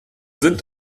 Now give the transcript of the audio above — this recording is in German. sind